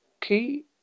key